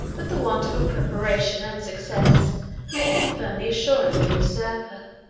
but the want of preparation and success may confirm the assurance of the usurper,